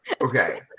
Okay